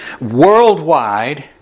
worldwide